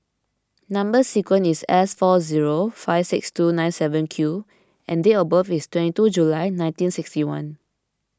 Number Sequence is S four zero five six two nine seven Q and date of birth is twenty two July nineteen sixty one